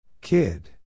Kid